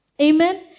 Amen